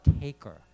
taker